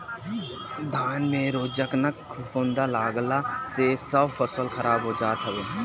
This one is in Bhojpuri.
धान में रोगजनक फफूंद लागला से सब फसल खराब हो जात हवे